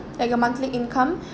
like a monthly income